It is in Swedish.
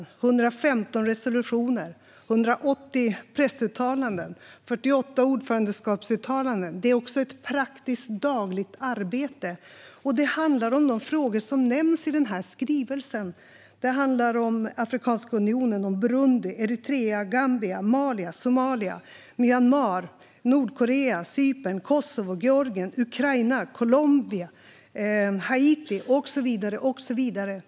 Därutöver har det varit 115 resolutioner, 180 pressuttalanden och 48 ordförandeskapsuttalanden. Det sker också ett praktiskt dagligt arbete. Det handlar om de frågor som nämns i den skrivelse jag nu håller upp. Det handlar om Afrikanska unionen, Burundi, Eritrea, Gambia, Mali, Somalia, Myanmar, Nordkorea, Cypern, Kosovo, Georgien, Ukraina, Colombia, Haiti och så vidare.